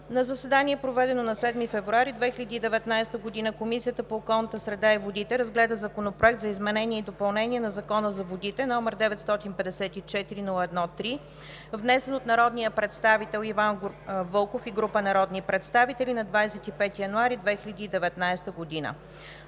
На заседание, проведено на 7 февруари 2019 г., Комисията по околната среда и водите разгледа Законопроект за изменение и допълнение на Закона за водите, № 954-01-3, внесен от народния представител Иван Вълков и група народни представители на 25 януари 2019 г.